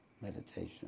meditation